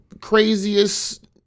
craziest